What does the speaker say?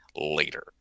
later